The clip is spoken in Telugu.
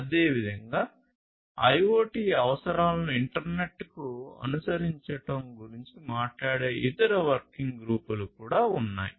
అదేవిధంగా IoT అవసరాలను ఇంటర్నెట్కు అనుసరించడం గురించి మాట్లాడే ఇతర వర్కింగ్ గ్రూపులు కూడా ఉన్నాయి